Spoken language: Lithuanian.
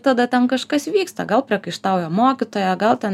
tada ten kažkas vyksta gal priekaištauja mokytoja gal ten